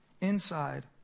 inside